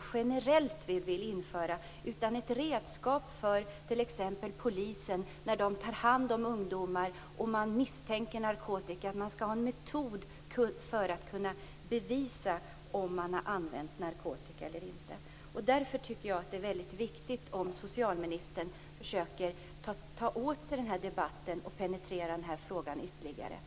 så att vi vill införa detta generellt, utan vi menar att det kan vara ett redskap för poliser när de tar hand om ungdomar och misstänker narkotikaanvändning. Det måste finnas en metod för att kunna bevisa om någon har använt narkotika eller inte. Därför är det mycket viktigt att socialministern försöker ta till sig den här debatten och penetrerar frågan ytterligare.